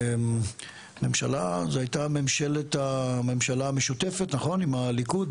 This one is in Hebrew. ממשלה זו הייתה הממשלה המשותפת נכון עם הליכוד?